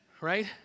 Right